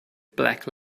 black